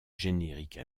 générique